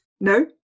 No